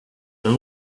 then